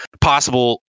possible